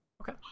Okay